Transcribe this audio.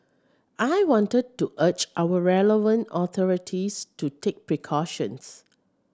I wanted to urge our relevant authorities to take precautions